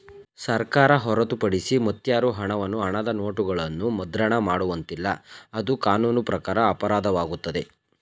ಸರ್ಕಾರ ಹೊರತುಪಡಿಸಿ ಮತ್ಯಾರು ಹಣವನ್ನು ಹಣದ ನೋಟುಗಳನ್ನು ಮುದ್ರಣ ಮಾಡುವಂತಿಲ್ಲ, ಅದು ಕಾನೂನು ಪ್ರಕಾರ ಅಪರಾಧವಾಗುತ್ತದೆ